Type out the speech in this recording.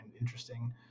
interesting